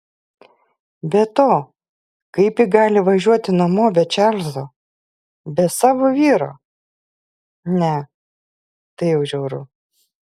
be to kaip ji gali važiuoti namo be čarlzo be savo vyro ne tai jau žiauru